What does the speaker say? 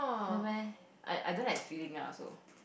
not meh I I don't like the feeling ah also